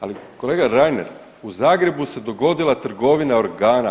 Ali kolega Reiner u Zagrebu se dogodila trgovina organa.